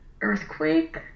earthquake